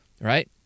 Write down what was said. right